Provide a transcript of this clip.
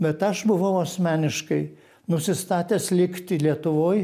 bet aš buvau asmeniškai nusistatęs likti lietuvoj